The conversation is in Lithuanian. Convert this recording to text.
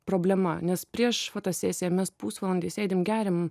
problema nes prieš fotosesiją mes pusvalandį sėdim geriam